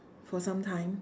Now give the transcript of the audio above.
for some time